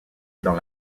dans